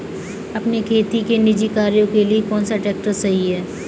अपने खेती के निजी कार्यों के लिए कौन सा ट्रैक्टर सही है?